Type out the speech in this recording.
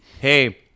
hey